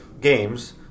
games